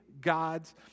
gods